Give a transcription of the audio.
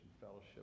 Fellowship